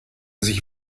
sich